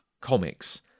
comics